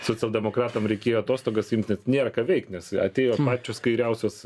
socialdemokratams reikėjo atostogas imtis nėra ką veikt nes atėjo pačios kairiausios